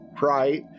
right